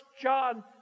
John